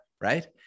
right